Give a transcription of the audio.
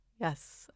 Yes